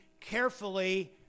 carefully